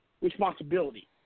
responsibility